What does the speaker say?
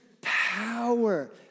power